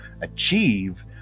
achieve